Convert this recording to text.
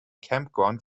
campground